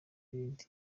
ibindi